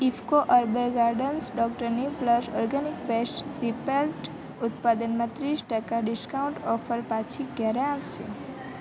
IFFCO urban gardens doctor neem plus organic pest repellent ઉત્પાદનમાં ત્રીસ ટકા ડિશ્કાઉન્ટ ઓફર પાછી ક્યારે આવશે